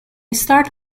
start